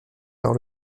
par